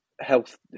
health